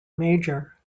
major